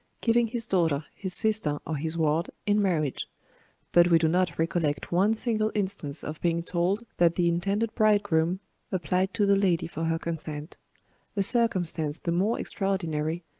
giving his daughter, his sister, or his ward, in marriage but we do not recollect one single instance of being told that the intended bridegroom applied to the lady for her consent a circumstance the more extraordinary,